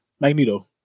Magneto